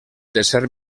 tercer